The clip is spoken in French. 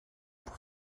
pour